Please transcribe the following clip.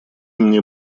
мне